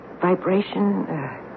vibration